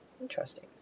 Interesting